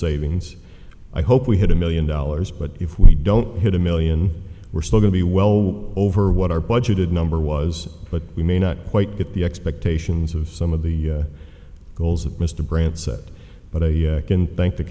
savings i hope we had a million dollars but if we don't hit a million we're still going to be well over what our budgeted number was but we may not quite get the expectations of some of the goals of mr branson but i can thank t